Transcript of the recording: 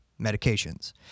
medications